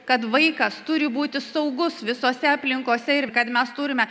kad vaikas turi būti saugus visose aplinkose ir kad mes turime